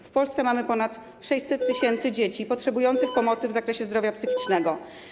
W Polsce mamy ponad 600 tys. dzieci potrzebujących pomocy w zakresie zdrowia psychicznego.